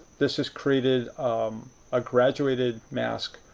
this has created um a graduated mask,